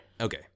Okay